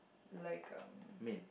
like um